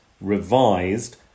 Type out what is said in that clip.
revised